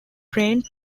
trained